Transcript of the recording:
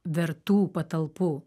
vertų patalpų